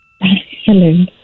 Hello